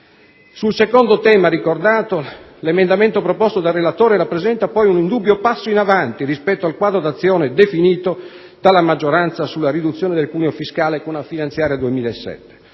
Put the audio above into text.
Sul secondo tema che ho ricordato, l'emendamento proposto dal relatore rappresenta un indubbio passo in avanti rispetto al quadro d'azione definito dalla maggioranza sulla riduzione del cuneo fiscale con la finanziaria per